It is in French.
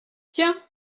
tiens